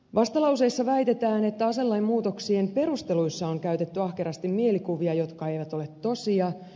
vastalauseessa väitetään että aselain muutoksien perusteluissa on käytetty ahkerasti mielikuvia jotka eivät ole tosia